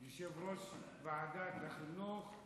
יושב-ראש ועדת החינוך,